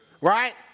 right